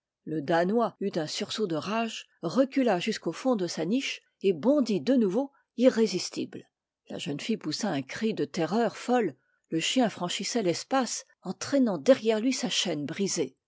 le danois eut un sursaut de rage recula jusqu'au fond de sa niche et bondit de nouveau irrésistible la jeune fille poussa un cri de terreur folle le chien franchissait l'espace en traînant derrière lui sa chaîne brisée